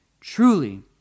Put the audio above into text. Truly